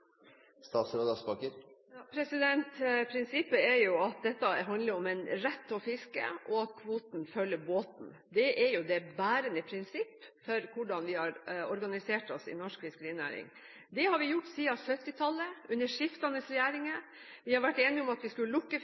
Prinsippet er at dette handler om en rett til å fiske, og at kvoten følger båten. Det er det bærende prinsipp for hvordan vi har organisert oss i norsk fiskerinæring. Det har vi gjort siden 1970-tallet, under skiftende regjeringer. Vi har vært enige om at vi skulle lukke fisket, at vi skulle tilpasse flåtekapasiteten til det faktiske ressursgrunnlaget for